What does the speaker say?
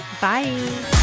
Bye